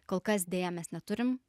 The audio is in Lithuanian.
kol kas deja mes neturim